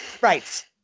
Right